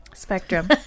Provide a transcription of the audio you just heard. spectrum